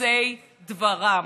עושי דברן.